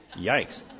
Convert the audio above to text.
Yikes